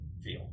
feel